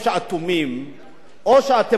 או שאתם לא מבינים מה קורה במדינה הזאת.